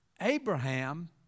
Abraham